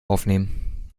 aufnehmen